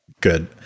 Good